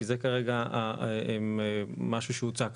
כי זה כרגע מה שהוצע כאן.